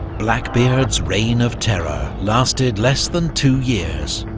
blackbeard's reign of terror lasted less than two years,